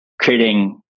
creating